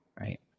right